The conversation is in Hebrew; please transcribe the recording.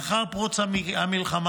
לאחר פרוץ המלחמה,